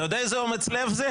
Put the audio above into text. אתה יודע איזה אומץ לב זה?